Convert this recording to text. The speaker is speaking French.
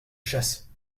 chasse